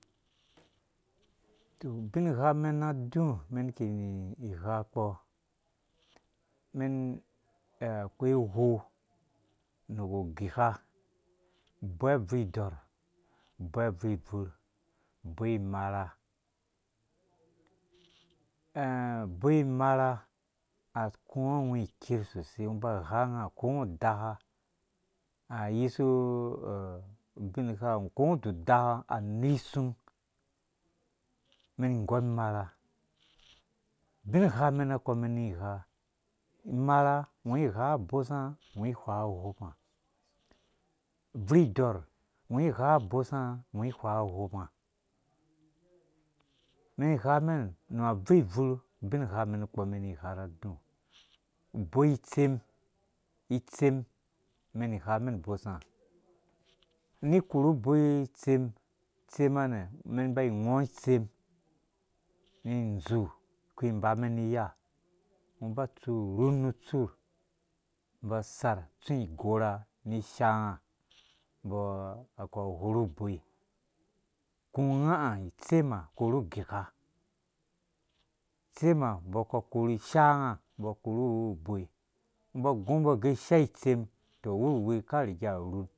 Tɔ ubing hamen na adu umɛn kini igha kpɔ umɛn akoi uwou nuku gika uboi ubvur idɔɔrh uboi imarha a uboi imarha akuwa ungo iker sosei ungo uba ugha unga ko ungo udaka ayisu ubingha ko ungo dudaka anu isum umɛn igɔm imarha abinghamɛn nakɔ umɛn ni igha imerha ungo ighɔ ubosnga ungo ihwaɔ u woupnga abvurh ungo ighaɔ ubesnga ungo ihwaɔ uwoupngaa umɛn ighamɛn nu abvurh abvurh ubingha mɛn nukpɔ umɛn iki ni ighaa ra adu ubei itsem itsem umɛn ighamen ubosnga ni ikorhu uboi itsem itsem nɛ umɛn iba ighomen umen inf zuu iku ibamɛn ni iya ungo uba utsu urhun nu ut sur umbɔ asar atsu igɔrha ni ishaanga umbɔ aku agworhu uboi aku unga itsema akoru ugika itsema umbɔ aku akore isha anga umbɔ akoru uboi ungo uba ugu umbo gɛ isha itsem uwurwi umbɔ aka rega arunmbɔ